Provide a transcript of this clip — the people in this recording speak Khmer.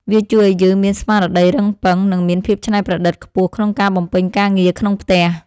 វាជួយឱ្យយើងមានស្មារតីរឹងប៉ឹង និងមានភាពច្នៃប្រឌិតខ្ពស់ក្នុងការបំពេញការងារក្នុងផ្ទះ។